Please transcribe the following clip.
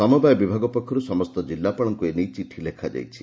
ସମବାୟ ବିଭାଗ ପକ୍ଷର୍ ସମସ୍ତ ଜିଲ୍ଲାପାଳଙ୍କୁ ଏ ନେଇ ଚିଠି ଲେଖାଯାଇଛି